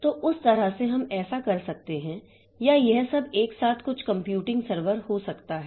तो उस तरह से हम ऐसा कर सकते हैं या यह सब एक साथ कुछ कंप्यूटिंग सर्वर हो सकता है